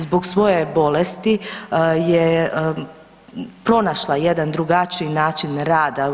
Zbog svoje bolesti je pronašla jedan drugačiji način rada.